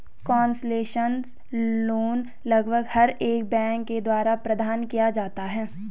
concessional loan लगभग हर एक बैंक के द्वारा प्रदान किया जाता है